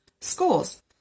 schools